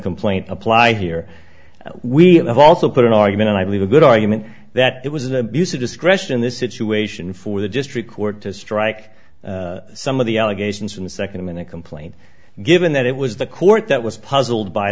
complaint apply here we have also put an argument i believe a good argument that there was a use of discretion in this situation for the district court to strike some of the allegations from the second in a complaint given that it was the court that was puzzled by